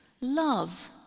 Love